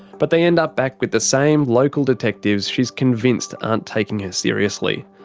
but they end up back with the same local detectives she's convinced aren't taking her seriously.